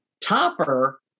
Topper